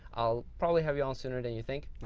i'll probably have you on sooner than you think.